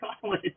College